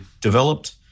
developed